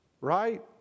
right